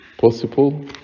possible